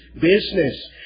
business